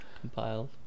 compiled